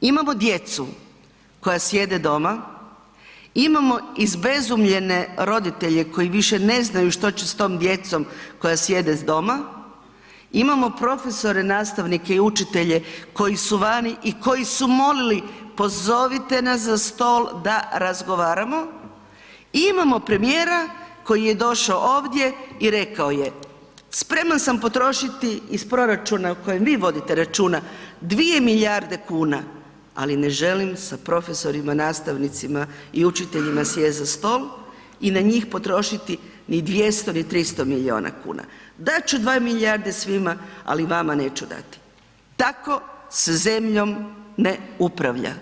Imamo djecu koja sjede doma, imamo izbezumljene roditelje koji više ne znaju što će s tom djecom koja sjede doma, imamo profesore, nastavnike i učitelje koji su vani i koji su molili pozovite nas za stol da razgovaramo, imamo premijera koji je došao ovdje i rekao je, spreman sam potrošiti iz proračuna o kojem vi vodite računa 2 milijarde kuna, ali ne želim sa profesorima, nastavnicima i učiteljima sjest za stol i na njih potrošiti ni 200 ni 300 milijuna kuna, dat ću 2 milijarde svima, ali vama neću dati, tako se zemljom ne upravlja